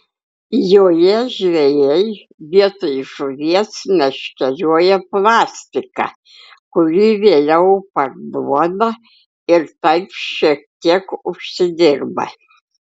joje žvejai vietoj žuvies meškerioja plastiką kurį vėliau parduoda ir taip šiek tiek užsidirba